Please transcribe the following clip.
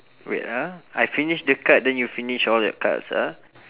wait ah I finish the card then you finish all your cards ah